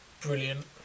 brilliant